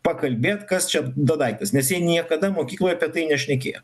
pakalbėt kas čia da daiktas nes jie niekada mokykloje apie tai nešnekėjo